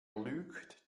lügt